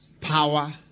power